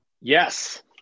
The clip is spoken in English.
Yes